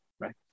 right